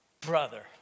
brother